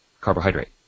Carbohydrate